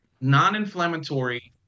non-inflammatory